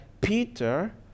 Peter